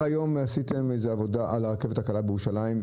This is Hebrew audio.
כבר היום עשיתם איזה עבודה על הרכבת הקלה בירושלים,